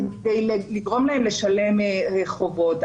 כדי לגרום להם לשלם חובות.